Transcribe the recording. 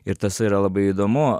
ir tas yra labai įdomu